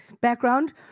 background